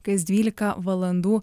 kas dvylika valandų